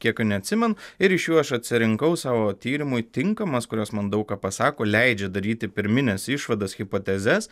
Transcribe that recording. kiekio neatsimenu ir iš jų aš atsirinkau savo tyrimui tinkamas kurios man daug ką pasako leidžia daryti pirmines išvadas hipotezes